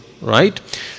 right